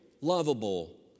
lovable